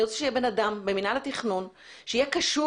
אני רוצה שיהיה בן אדם במינהל התכנון שיהיה קשוב